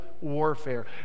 warfare